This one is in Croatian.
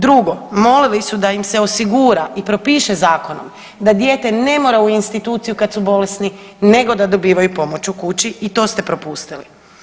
Drugo, molili su da im se osigura i propiše zakonom da dijete ne mora u instituciju kad su bolesni nego da dobivaju pomoć u kući i to ste propustili.